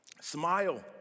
smile